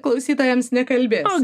klausytojams nekalbėsi